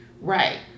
Right